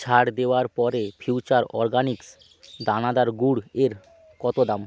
ছাড় দেওয়ার পরে ফিউচার অরগানিক্স দানাদার গুড় এর কতো দাম